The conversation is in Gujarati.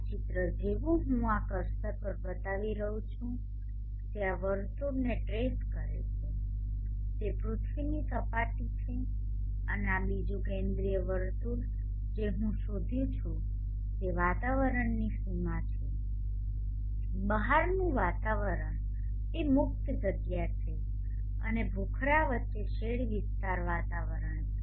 આ ચિત્ર જેવું હું આ કર્સર પર બતાવી રહ્યો છું જે આ વર્તુળને ટ્રેસ કરે છે તે પૃથ્વીની સપાટી છે અને આ બીજું કેન્દ્રીય વર્તુળ જે હું શોધી રહ્યો છું તે વાતાવરણની સીમા છે બહારનું વાતાવરણ એ મુક્ત જગ્યા છે અને ભૂખરા વચ્ચે શેડ વિસ્તાર વાતાવરણ છે